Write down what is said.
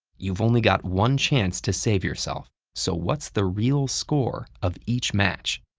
you've only got one chance to save yourself, so what's the real score of each match?